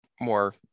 more